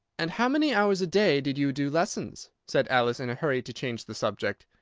and how many hours a day did you do lessons? said alice, in a hurry to change the subject.